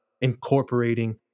incorporating